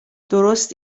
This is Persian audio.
درست